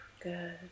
Good